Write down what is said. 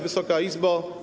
Wysoka Izbo!